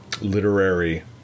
literary